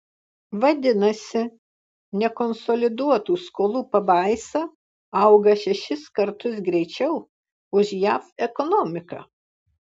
vadinasi nekonsoliduotų skolų pabaisa auga šešis kartus greičiau už jav ekonomiką